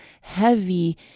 heavy